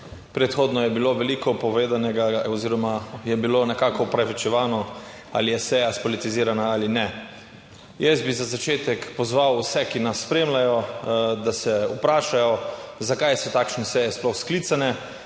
Predhodno je bilo veliko povedanega oziroma je bilo nekako opravičevano ali je seja spolitizirana ali ne. Jaz bi za začetek pozval vse, ki nas spremljajo, da se vprašajo zakaj so takšne seje sploh sklicane